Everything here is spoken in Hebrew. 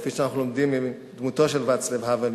כפי שאנחנו לומדים מדמותו של ואצלב האוול,